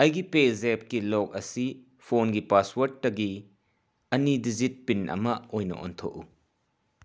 ꯑꯩꯒꯤ ꯄꯦꯖꯦꯞꯀꯤ ꯂꯣꯛ ꯑꯁꯤ ꯐꯣꯟꯒꯤ ꯄꯥꯁꯋꯥꯔꯠꯇꯒꯤ ꯑꯅꯤ ꯗꯤꯖꯤꯠ ꯄꯤꯟ ꯑꯃ ꯑꯣꯏꯅ ꯑꯣꯟꯊꯣꯛꯎ